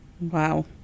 Wow